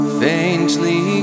faintly